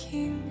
King